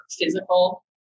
physical